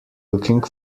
looking